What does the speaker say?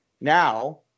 Now